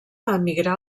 emigrà